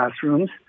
classrooms